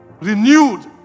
renewed